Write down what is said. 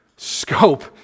scope